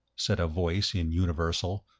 said a voice in universal,